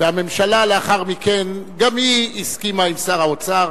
והממשלה לאחר מכן גם היא הסכימה עם שר האוצר,